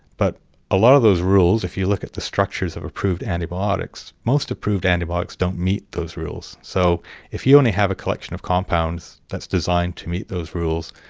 but a lot of those rules, if you look at the structures of approved antibiotics, most approved antibiotics don't meet those rules. so if you only have a collection of compounds that's designed to meet those rules,